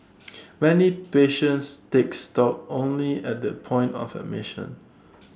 many patients take stock only at the point of admission